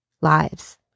lives